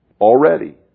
Already